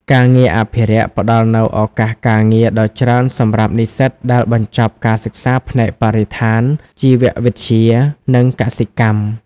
ការងារអភិរក្សផ្តល់នូវឱកាសការងារដ៏ច្រើនសម្រាប់និស្សិតដែលបញ្ចប់ការសិក្សាផ្នែកបរិស្ថាន ជីវវិទ្យា និងកសិកម្ម។